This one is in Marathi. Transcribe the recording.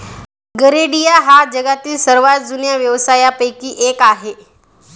गरेडिया हा जगातील सर्वात जुन्या व्यवसायांपैकी एक आहे